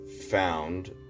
found